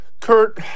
Kurt